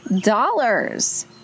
dollars